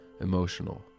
emotional